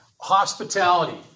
hospitality